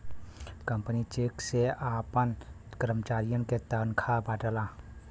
company cheque से आपन करमचारियन के तनखा बांटला